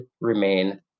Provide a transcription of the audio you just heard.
remain